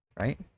right